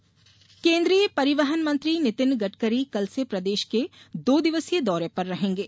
गडकरी दौरा केन्द्रीय परिवहन मंत्री नितिन गडकरी कल से प्रदेश के दो दिवसीय दौरे पर रहेंगे